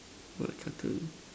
what the cartoon